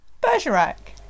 Bergerac